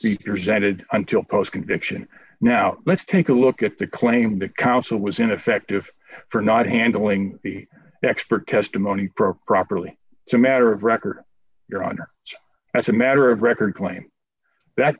the present id until post conviction now let's take a look at the claim that counsel was ineffective for not handling the expert testimony properly so a matter of record your honor as a matter of record claim that